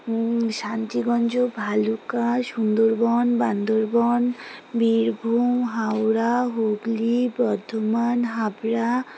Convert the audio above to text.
Shantiganj Bhaluka Sundarban Bandarban Birbhum Howrah Hooghly Bardhaman Habra